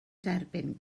derbyn